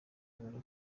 muntu